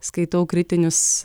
skaitau kritinius